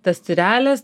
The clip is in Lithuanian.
tas tyrelės